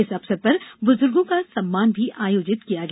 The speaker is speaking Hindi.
इस अवसर पर बुजुर्गों का सम्मान भी आयोजित होगा